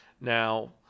now